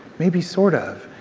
maybe sort of,